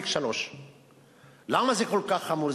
1.3%. למה זה כל כך חמור?